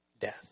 death